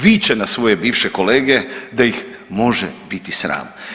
Viče na svoje bivše kolege da ih može biti sram.